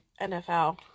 NFL